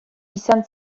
izan